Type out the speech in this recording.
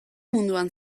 munduan